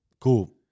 cool